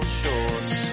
shorts